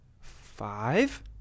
five